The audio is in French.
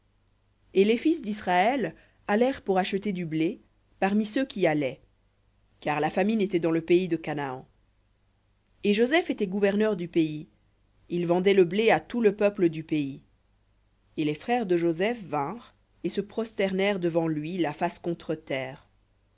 et les fils d'israël allèrent pour acheter du blé parmi ceux qui allaient car la famine était dans le pays de canaan et joseph était gouverneur du pays il vendait le blé à tout le peuple du pays et les frères de joseph vinrent et se prosternèrent devant lui la face contre terre